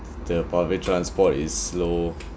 the public transport is slow